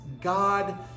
God